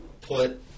put